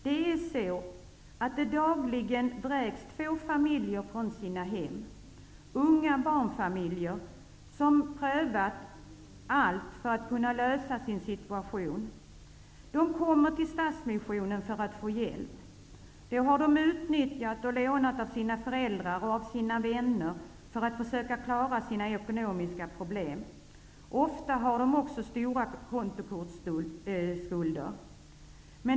Det vräks dagligen två familjer från sina hem -- unga barnfamiljer som prövat allt för att klara sin situation. De kommer till Stadsmissionen för att få hjälp. Då har de utnyttjat och lånat av sina föräldrar och sina vänner för att försöka klara sina ekonomiska problem. Ofta har de också stora kontokortsskulder.